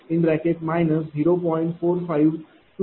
95169 p